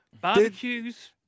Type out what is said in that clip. barbecues